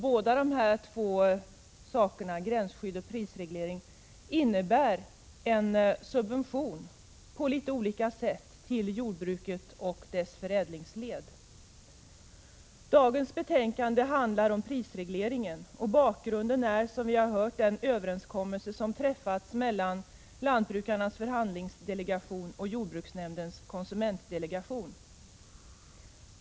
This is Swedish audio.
Både gränsskydd och prisreglering innebär en subvention, på litet olika sätt, till jordbruket och dess förädlingsled. Dagens betänkande handlar om prisregleringen. Som vi har hört är bakgrunden den överenskommelse som träffats mellan lantbrukarnas förhandlingsdelegation och jordbruksnämndens konsumentdelegation.